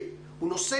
יום ביומו,